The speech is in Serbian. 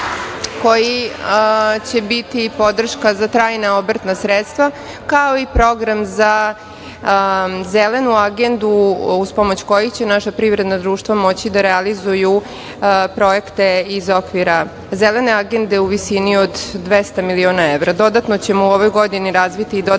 koji će biti podrška za trajna obrtna sredstva, kao i program za Zelenu agendu uz pomoć koje će naša privredna društva moći da realizuju projekte iz okvira Zelene agende u visini od 200 miliona evra. Dodatno ćemo u ovoj godini razviti i dodatne